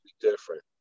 different